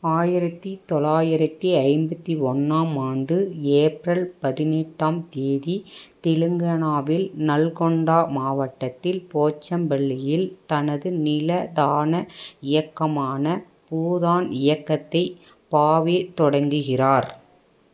ஆயிரத்து தொள்ளாயிரத்து ஐம்பத்து ஒண்ணாம் ஆண்டு ஏப்ரல் பதினெட்டாம் தேதி தெலுங்கானாவில் நல்கொண்டா மாவட்டத்தில் போச்சம்பள்ளியில் தனது நில தான இயக்கமான பூதான் இயக்கத்தை பாவே தொடங்கிகிறார்